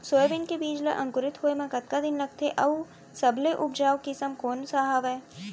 Soybean के बीज ला अंकुरित होय म कतका दिन लगथे, अऊ सबले उपजाऊ किसम कोन सा हवये?